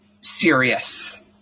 serious